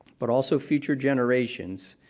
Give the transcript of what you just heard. but also future generations,